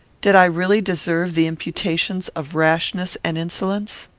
did i really deserve the imputations of rashness and insolence?